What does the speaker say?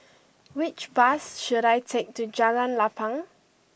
which bus should I take to Jalan Lapang